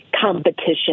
competition